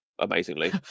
Amazingly